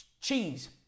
cheese